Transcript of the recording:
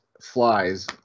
flies